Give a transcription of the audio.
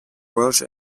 welsh